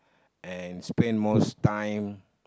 and spend most time